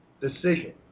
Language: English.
decision